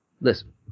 listen